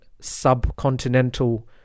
subcontinental